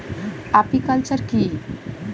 Apiculture কি?